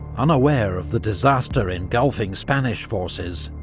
unaware of the disaster engulfing spanish forces,